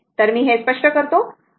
तर मी हे स्पष्ट करते